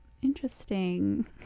interesting